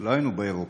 לא היינו באירופה,